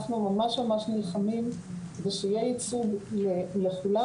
אנחנו ממש ממש נלחמים כדי שיהיה ייצוג לכולם,